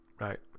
right